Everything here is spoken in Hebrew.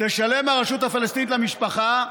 תשלם הרשות הפלסטינית למשפחה,